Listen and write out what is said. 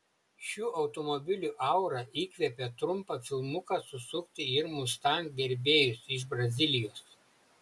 šių automobilių aura įkvėpė trumpą filmuką susukti ir mustang gerbėjus iš brazilijos